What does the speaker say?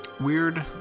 weird